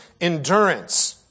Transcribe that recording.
endurance